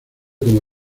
como